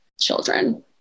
children